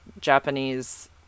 Japanese